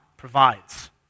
provides